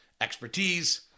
expertise